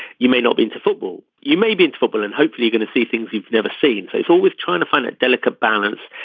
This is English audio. you may not be into football you may be into football and hopefully going to see things you've never seen. so it's always trying to find a delicate balance.